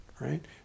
right